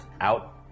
out